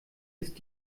ist